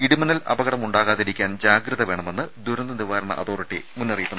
ഇടിമിന്നൽ അപകടമുണ്ടാകാതിരിക്കാൻ ജാഗ്രത വേണമെന്ന് ദുരന്തനിവാരണ അതോറിറ്റി അറിയിച്ചു